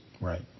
Right